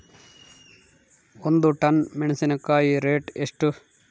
ಒಂದು ಟನ್ ಮೆನೆಸಿನಕಾಯಿ ರೇಟ್ ಎಷ್ಟು?